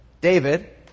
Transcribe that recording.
David